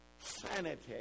sanity